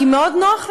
כי מאוד נוח להם.